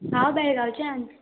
हांव बेळगांवच्यान